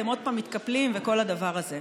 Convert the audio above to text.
אתם עוד פעם מתקפלים וכל הדבר הזה,